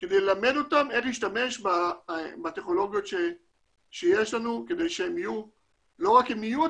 כדי ללמד אותם איך להשתמש בטכנולוגיות שיש לנו כדי שהן לא רק יהיו,